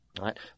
Right